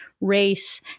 race